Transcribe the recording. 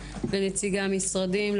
לנציגי המשרדים,